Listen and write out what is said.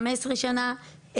חמש עשרה שנה,